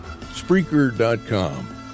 Spreaker.com